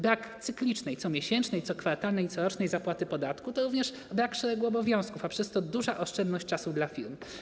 Brak cyklicznej - comiesięcznej, cokwartalnej i corocznej - zapłaty podatku to również brak szeregu obowiązków, a przez to duża oszczędność czasu dla firm.